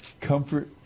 Comfort